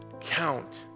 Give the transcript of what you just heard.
count